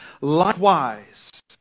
likewise